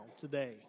today